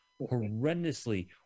horrendously